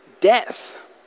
death